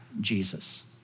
Jesus